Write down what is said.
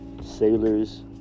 sailors